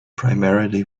primarily